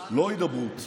לא הידברות.